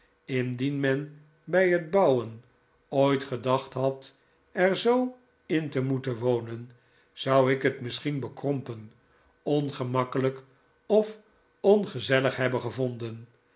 indien men bij het bouwen ooit gedacht had er zoo in te moeten wonen zou ik het misschien bekrompen ongemakkelijk of ongezellig hebben gevonden